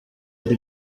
ari